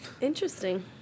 Interesting